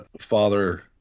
father